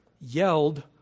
yelled